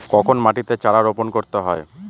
কখন মাটিতে চারা রোপণ করতে হয়?